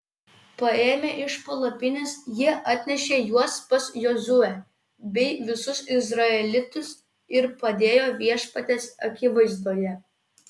paėmę iš palapinės jie atnešė juos pas jozuę bei visus izraelitus ir padėjo viešpaties akivaizdoje